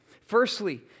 Firstly